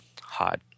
hot